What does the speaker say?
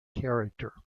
character